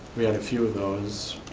we had a few of those,